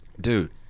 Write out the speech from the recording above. dude